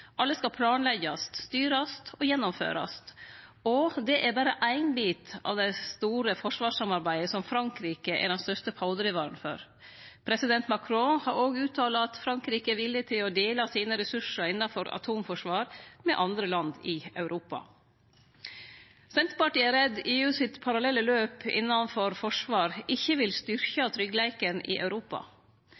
Alle skal planleggjast, styrast og gjennomførast, og det er berre ein bit av det store forsvarssamarbeidet som Frankrike er den største pådrivaren for. President Macron har òg uttala at Frankrike er villig til å dele ressursane sine innanfor atomforsvar med andre land i Europa. Senterpartiet er redd EUs parallelle løp innanfor forsvar ikkje vil styrkje tryggleiken i Europa.